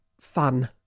fun